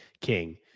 King